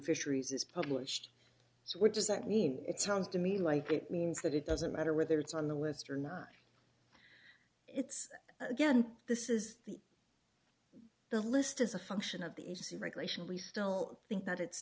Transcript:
fisheries is published so what does that mean it sounds to me like it means that it doesn't matter whether it's on the list or not it's again this is the the list as a function of the agency regulation we still think that it's